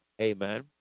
Amen